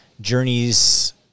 Journey's